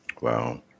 Wow